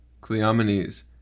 Cleomenes